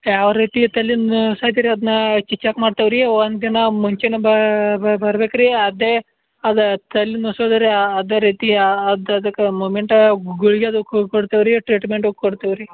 ಯಾವ ರೀತಿ ತಲೆ ನ ಅದನ್ನ ಚಿಚಕ್ ಮಾಡ್ತೇವೆ ರೀ ಒಂದು ದಿನ ಮುಂಚೆನೇ ಬರ್ಬೇಕು ರೀ ಅದೇ ಅದು ತಲೆನ ಔಸಧ ರೀ ಅದೇ ರೀತಿಯೇ ಅದು ಅದ್ಕೆ ಮುಮೆಂಟ ಗುಳ್ಗೆ ಅದು ಕೊಡ್ತೇವೆ ರೀ ಟ್ರೀಟ್ಮೆಂಟು ಕೊಡ್ತೇವೆ ರೀ